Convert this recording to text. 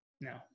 No